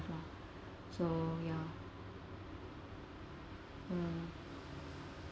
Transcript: so ya uh